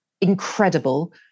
incredible